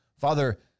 Father